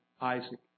Isaac